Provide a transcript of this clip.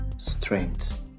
strength